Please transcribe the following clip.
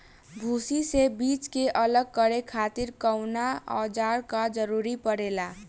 भूसी से बीज के अलग करे खातिर कउना औजार क जरूरत पड़ेला?